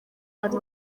abantu